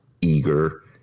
eager